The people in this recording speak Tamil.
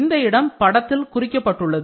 இந்த இடம் படத்தில் குறிக்கப்பட்டுள்ளது